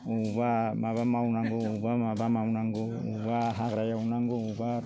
अबावबा माबा मावनांगौ अबावबा माबा मावनांगौ अबावबा हाग्रा एवनांगौ अबावबा